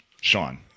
Sean